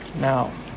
now